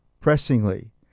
pressingly